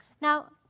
Now